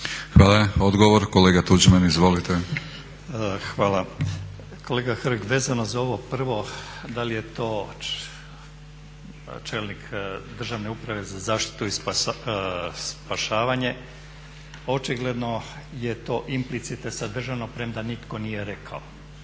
Hvala. Odgovor kolega Tuđman, izvolite. **Tuđman, Miroslav (HDZ)** Hvala. Kolega Hrg, vezano za ovo prvo da li je to čelnik državne uprave za zaštitu i spašavanje, očigledno je to implicite sadržano premda nitko nije rekao.